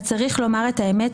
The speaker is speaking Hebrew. אז צריך לומר את האמת,